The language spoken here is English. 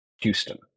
Houston